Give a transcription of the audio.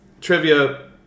trivia